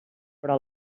però